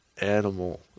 animal